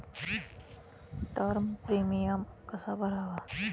Term premium कसा भरावा?